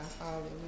Hallelujah